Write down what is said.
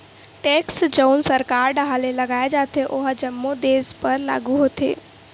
tax जउन सरकार डाहर ले लगाय जाथे ओहा जम्मो देस बर लागू होथे